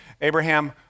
Abraham